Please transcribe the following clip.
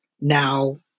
Now